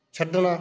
ਛੱਡਣਾ